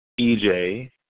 EJ